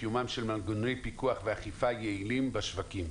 קיומם של מנגנוני פיקוח ואכיפה יעילים בשווקים.